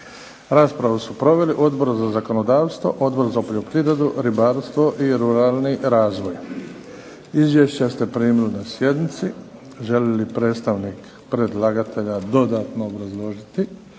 Raspravu su proveli Odbor za zakonodavstvo, Odbor za poljoprivredu, ribarstvo i ruralni razvoj. Izvješća ste primili na sjednici. Želi li predstavnik predlagatelja dodatno obrazložiti?